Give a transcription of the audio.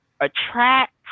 attract